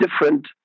different